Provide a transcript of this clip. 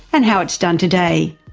and how it's done today.